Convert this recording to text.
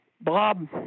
Bob